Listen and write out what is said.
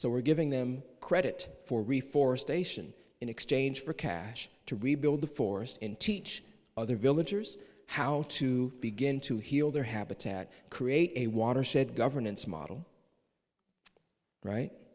so we're giving them credit for reforestation in exchange for cash to rebuild the forest and teach other villagers how to begin to heal their habitat create a watershed governance model right